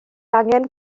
angen